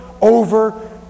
over